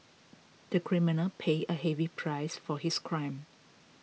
the criminal paid a heavy price for his crime